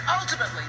ultimately